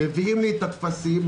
מביאים לי טפסים,